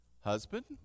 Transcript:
Husband